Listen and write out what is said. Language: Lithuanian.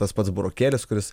tas pats burokėlis kuris